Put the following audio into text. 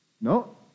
No